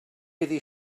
iddi